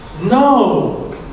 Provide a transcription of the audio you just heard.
No